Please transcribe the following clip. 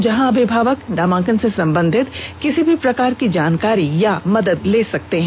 जहां अभिभावक नामांकन से संबंधित किसी भी प्रकार की जानकारी या मदद ले सकते हैं